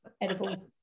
Edible